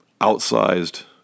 outsized